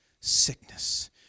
sickness